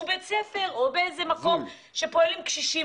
בבית ספר, או במקום שעובד עם קשישים.